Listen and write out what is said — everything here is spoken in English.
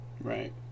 Right